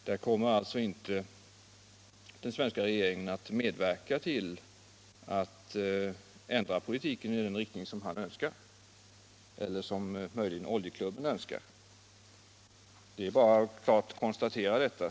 Den svenska regeringen kommer inte att medverka till att ändra politiken i den riktning som herr Davignon önskar eller som möjligen Oljeklubben önskar. Det är bara att klart konstatera detta.